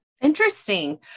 Interesting